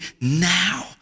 Now